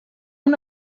una